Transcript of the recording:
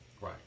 Right